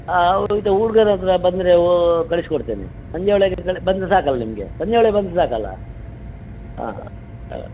ಹಾಂ ಔ ಇದು ಹುಡ್ಗನ ಹತ್ರ ಬಂದರೆ ಕಳಿಸಿಕೊಡ್ತೇನೆ ಸಂಜೆ ಒಳಗೆ ಕ ಬಂದರೆ ಸಾಕಲ್ಲ ನಿಮಗೆ ಸಂಜೆ ಒಳಗೆ ಬಂದರೆ ಸಾಕಲ್ಲ ಹಾಂ ಹಾಂ